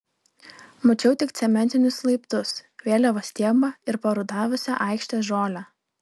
mačiau tik cementinius laiptus vėliavos stiebą ir parudavusią aikštės žolę